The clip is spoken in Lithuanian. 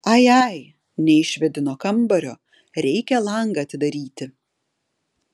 ai ai neišvėdino kambario reikia langą atidaryti